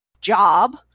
job